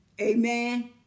Amen